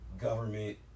government